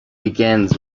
begins